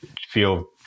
feel